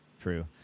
True